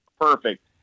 Perfect